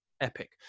epic